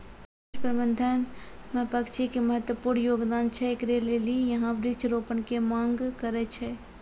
कीट प्रबंधन मे पक्षी के महत्वपूर्ण योगदान छैय, इकरे लेली यहाँ वृक्ष रोपण के मांग करेय छैय?